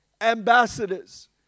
ambassadors